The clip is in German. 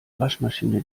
waschmaschine